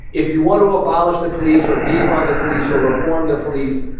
if you want to abolish the police or defund the police or reform the police,